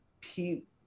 people